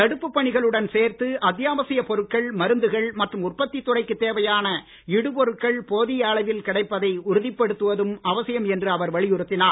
தடுப்பு பணிகளுடன் சேர்த்து அத்தியாவசியப் பொருட்கள் மருந்துகள் மற்றும் உற்பத்தி துறைக்கு தேவையான இடுபொருட்கள் போதிய அளவில் கிடைப்பதை உறுதிப்படுத்துவதும் அவசியம் என்று அவர் வலியுறுத்தினார்